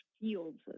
fields